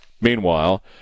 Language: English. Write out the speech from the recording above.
Meanwhile